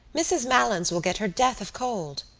mrs. malins will get her death of cold.